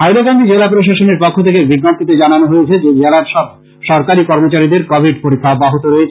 হাইলাকান্দি জেলা প্রশাসনের পক্ষ থেকে এক বিজ্ঞপ্তীতে জানানো হয়েছে যে জেলার সব সরকারী কর্মচারীদের কোবিড পরীক্ষা অব্যাহত রয়েছে